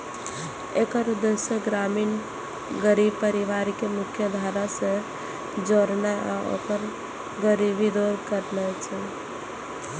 एकर उद्देश्य ग्रामीण गरीब परिवार कें मुख्यधारा सं जोड़नाय आ ओकर गरीबी दूर करनाय छै